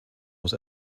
muss